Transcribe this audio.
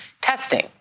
testing